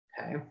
okay